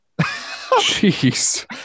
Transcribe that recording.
Jeez